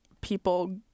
people